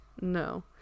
No